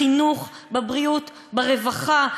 בעיקר בחינוך, בבריאות, ברווחה.